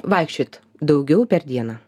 vaikščiot daugiau per dieną